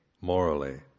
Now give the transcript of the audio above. morally